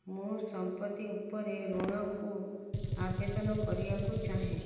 ମୁଁ ସମ୍ପତ୍ତି ଉପରେ ଋଣକୁ ଆବେଦନ କରିବାକୁ ଚାହେଁ